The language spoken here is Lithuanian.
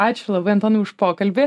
ačiū labai antonai už pokalbį